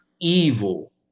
evil